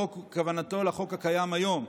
החוק, כוונתו לחוק הקיים היום,